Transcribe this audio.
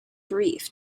brief